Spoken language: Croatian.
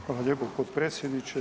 Hvala lijepo potpredsjedniče.